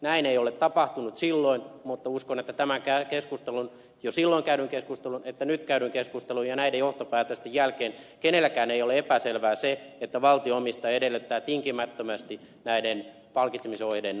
näin ei ole tapahtunut silloin mutta uskon että sekä jo silloin käydyn keskustelun että nyt käydyn keskustelun ja näiden johtopäätösten jälkeen kenellekään ei ole epäselvää se että valtio omistaja edellyttää tinkimättömästi näiden palkitsemisohjeiden noudattamista